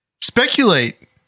Speculate